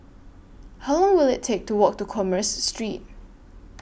How Long Will IT Take to Walk to Commerce Street